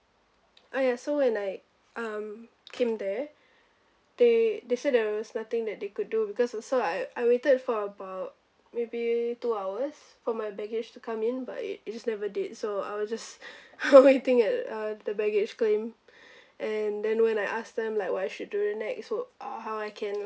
ah yes so when I um came there they they said there was nothing that they could do because also I I waited for about maybe two hours for my baggage to come in but it it just never did so I was just waiting at uh the baggage claim and then when I ask them like what should I do next would how I can